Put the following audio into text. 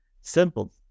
Simple